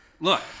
Look